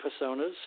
personas